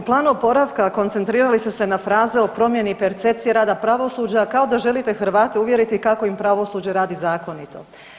U Planu oporavka koncentrirali ste se na fraze o promjeni percepcije rada pravosuđa kao da želite Hrvate uvjeriti kako im pravosuđe radi zakonito.